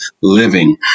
living